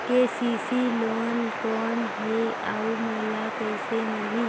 KCC loan कौन हे अउ मोला कइसे मिलही?